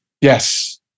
Yes